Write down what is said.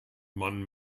man